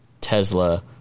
Tesla